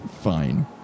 Fine